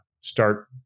start